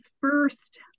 first